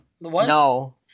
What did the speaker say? No